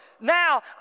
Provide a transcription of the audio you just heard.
now